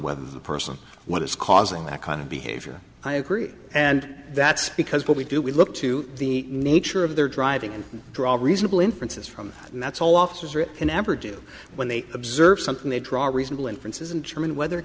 whether the person what is causing that kind of behavior i agree and that's because what we do we look to the nature of their driving and draw reasonable inferences from and that's all officers are can ever do when they observe something they draw reasonable inferences in german whether it